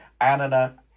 Anna